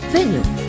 Venue